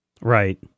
right